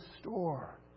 store